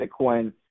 Bitcoin